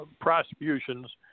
prosecutions